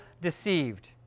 deceived